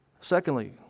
Secondly